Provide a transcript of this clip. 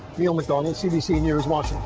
neil mcdonald, cbc news, washington.